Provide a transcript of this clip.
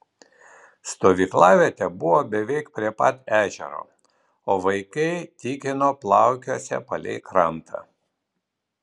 stovyklavietė buvo beveik prie pat ežero o vaikai tikino plaukiosią palei krantą